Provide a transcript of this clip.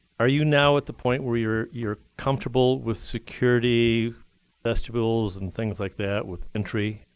are you now at the point where you're you're comfortable with security vestibules and things like that with entry?